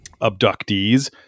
abductees